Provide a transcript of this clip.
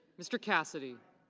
mr. cassidy.